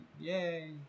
Yay